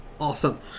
awesome